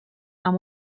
amb